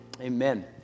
Amen